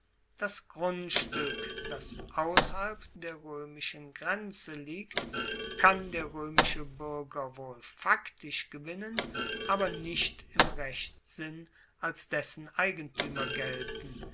das grundstueck das ausserhalb der roemischen grenze liegt kann der roemische buerger wohl faktisch gewinnen aber nicht im rechtssinn als dessen eigentuemer gelten